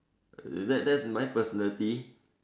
that that's my personality